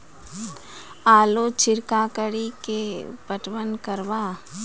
आलू छिरका कड़ी के पटवन करवा?